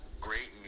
great